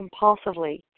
compulsively